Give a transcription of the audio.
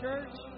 Church